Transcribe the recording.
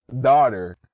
daughter